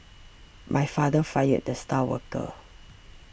my father fired the star worker